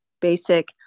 basic